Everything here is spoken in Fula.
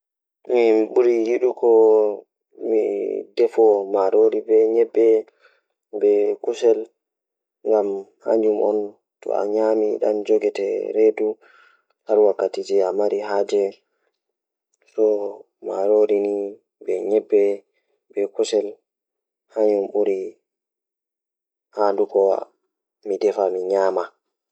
Ko hotooɓe maa mi yiɗi nden, to a jooɗi ɗum, a no njamma e kaɗɗo. Mi yiɗi haggorde, mi yimɓe njamma baafeeje ɗi e ṣeedo. Ko mo dumeede a duum kadi faa seeda e haara.